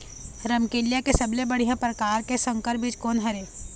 रमकलिया के सबले बढ़िया परकार के संकर बीज कोन हर ये?